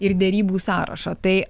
ir derybų sąrašą tai